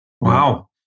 wow